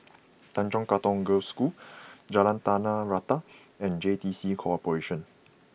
Tanjong Katong Girls' School Jalan Tanah Rata and J T C Corporation